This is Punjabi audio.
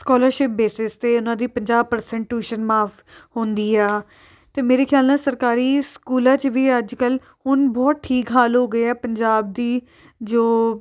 ਸਕੋਲਰਸ਼ਿਪ ਬੇਸਿਸ 'ਤੇ ਉਹਨਾਂ ਦੀ ਪੰਜਾਹ ਪ੍ਰਸੈਂਟ ਟਿਊਸ਼ਨ ਮਾਫ ਹੁੰਦੀ ਆ ਅਤੇ ਮੇਰੇ ਖਿਆਲ ਨਾਲ ਸਰਕਾਰੀ ਸਕੂਲਾਂ 'ਚ ਵੀ ਅੱਜ ਕੱਲ੍ਹ ਹੁਣ ਬਹੁਤ ਠੀਕ ਹਾਲ ਹੋ ਗਏ ਆ ਪੰਜਾਬ ਦੀ ਜੋ